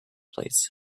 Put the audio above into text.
plates